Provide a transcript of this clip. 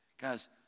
guys